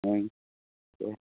ओं दे